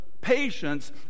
patience